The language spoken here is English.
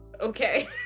okay